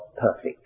perfect